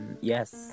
Yes